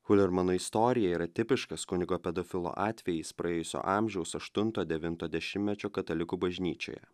hulermano istorija yra tipiškas kunigo pedofilo atvejis praėjusio amžiaus aštunto devinto dešimtmečio katalikų bažnyčioje